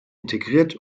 integriert